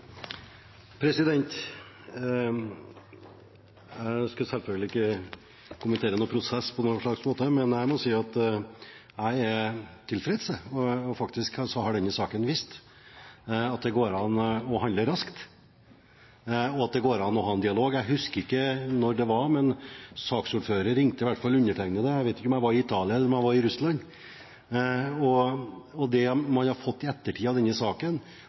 selvfølgelig ikke å kommentere noen prosess på noen slags måte, men jeg må si at jeg er tilfreds. Denne saken har faktisk vist at det går an å handle raskt, og at det går an å ha en dialog. Jeg husker ikke når det var, men saksordføreren ringte i hvert fall til undertegnede – jeg vet ikke om jeg var i Italia eller i Russland. Det man har fått i etterkant av denne saken,